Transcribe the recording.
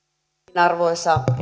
arvoisa